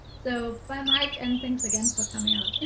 so bye, mike, and thanks again for coming on.